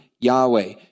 Yahweh